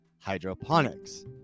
hydroponics